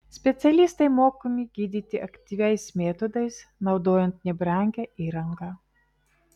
specialistai mokomi gydyti aktyviais metodais naudojant nebrangią įrangą